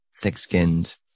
thick-skinned